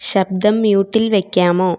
ശബ്ദം മ്യൂട്ടിൽ വയ്ക്കാമോ